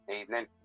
Evening